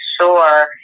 sure